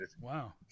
Wow